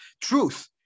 truth